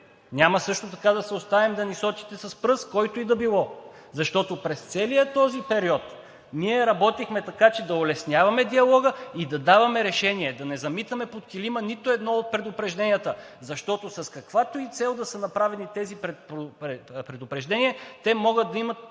на БСП? Няма да се оставим да ни сочите с пръст, който и да било, защото през целия този период ние работихме така, че да улесняваме диалога и да даваме решения. Да не замитаме под килима нито едно от предупрежденията, защото с каквато и цел да са направени тези предупреждения, те могат да имат основание.